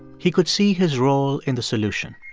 he could see his role in the solution.